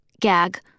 gag